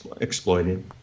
exploited